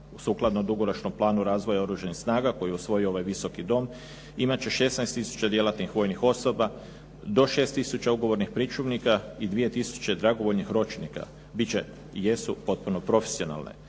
sukladno dugoročnom planu razvoja Oružanih snaga kojeg je usvojio ovaj Visoki dom, imati će 16 tisuća djelatnih vojnih osoba, do 6 tisuća ugovornih pričuvnika i 2 tisuće dragovoljnih ročnika biti će i jesu potpuno profesionalne.